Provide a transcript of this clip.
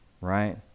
right